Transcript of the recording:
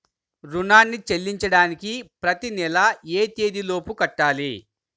రుణాన్ని చెల్లించడానికి ప్రతి నెల ఏ తేదీ లోపు కట్టాలి?